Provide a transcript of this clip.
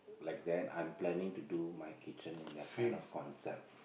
like that I'm planning to do my kitchen in that kind of concept